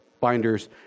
binders